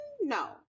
No